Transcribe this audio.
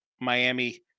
Miami